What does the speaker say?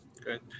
good